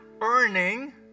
earning